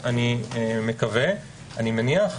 אני מקווה ומניח.